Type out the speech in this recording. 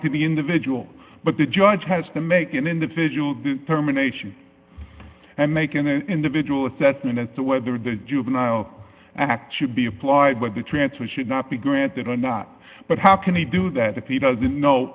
to the individual but the judge has to make an individual terminations and make an individual assessment as to whether the juvenile act should be applied but the transfer should not be granted i'm not but how can he do that if he doesn't know